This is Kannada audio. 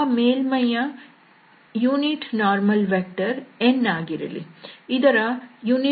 ಆ ಮೇಲ್ಮೈಯ ಏಕಾಂಶ ಲಂಬ ಸದಿಶ ವು n ಆಗಿರಲಿ